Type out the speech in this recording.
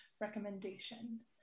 recommendation